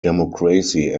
democracy